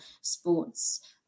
sports